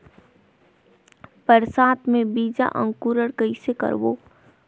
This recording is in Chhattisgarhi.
बरसात मे बीजा अंकुरण कइसे करबो?